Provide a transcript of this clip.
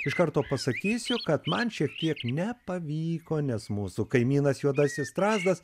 iš karto pasakysiu kad man šiek tiek nepavyko nes mūsų kaimynas juodasis strazdas